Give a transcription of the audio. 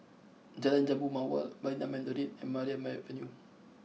Jalan Jambu Mawar Marina Mandarin and Maria Avenue